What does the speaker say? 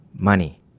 money